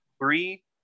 Three